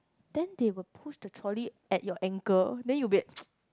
then they will push the trolley at your ankle then you will be like